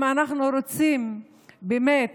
אם אנחנו רוצים באמת